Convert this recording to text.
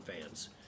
fans